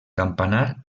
campanar